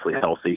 healthy